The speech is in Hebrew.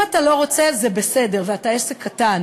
אם אתה לא רוצה, זה בסדר, ואתה עסק קטן.